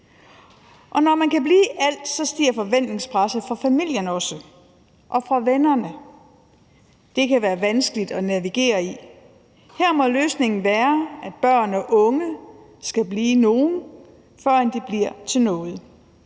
Og når man kan blive alt, stiger forventningspresset fra familien også, og fra vennerne. Det kan være vanskeligt at navigere i. Her må løsningen være, at børn og unge skal blive nogen, førend de bliver til noget